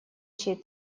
чей